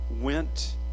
went